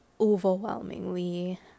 overwhelmingly